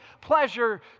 pleasure